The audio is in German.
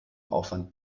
aufwand